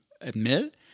admit